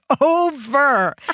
over